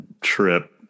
trip